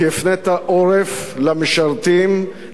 כי הפנית עורף למשרתים,